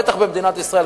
בטח במדינת ישראל,